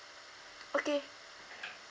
okay